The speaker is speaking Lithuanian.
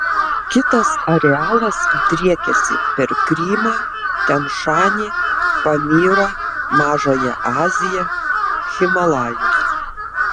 kitas arealas driekiasi per krymą tian šanį pamyrą mažąją aziją himalajus